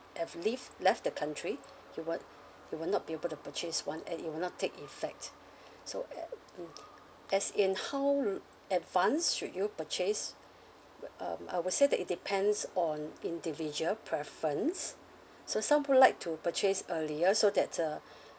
have leave left the country you will you will not be able to purchase one and it will not take effect so at mm as in how l~ advance should you purchase um I would say that it depends on individual preference so some people like to purchase earlier so that uh